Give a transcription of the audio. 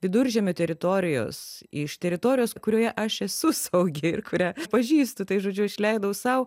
viduržemio teritorijos iš teritorijos kurioje aš esu saugi ir kurią pažįstu tai žodžiu aš leidau sau